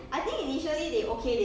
对对对 uh